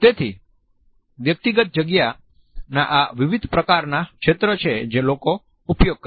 તેથી વ્યક્તિગત જગ્યાના આ વિવિધ પ્રકારના ક્ષેત્ર છે જે લોકો ઉપયોગ કરે છે